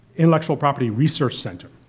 intellectual property research centre.